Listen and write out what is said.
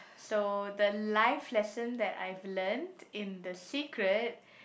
so the life lesson that I've learnt in the secret